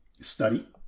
Study